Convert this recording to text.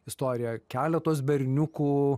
istoriją keletos berniukų